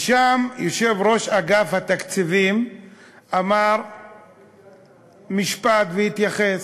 ושם, יושב-ראש אגף התקציבים אמר משפט והתייחס: